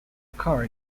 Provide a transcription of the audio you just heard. occur